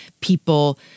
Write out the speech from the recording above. people